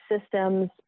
systems